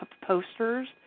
posters